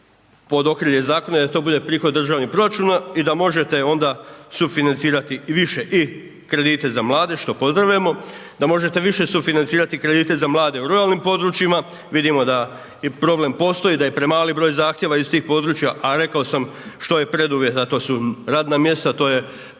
pod okrilje zakona jer to bude prihod državnog proračuna i da možete onda sufinancirati više i kredite za mlade što pozdravljamo, da možete više sufinancirati kredite za mlade u ruralnim područjima. Vidimo da i problem postoji, da je premali broj zahtjeva iz tih područja a rekao sam što je preduvjet a to su radna mjesta, to je plaća